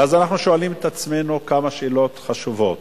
ואז אנחנו שואלים את עצמנו כמה שאלות חשובות,